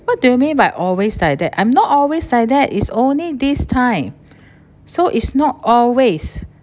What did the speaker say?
what do you mean by always like that I'm not always like that is only this time so it's not always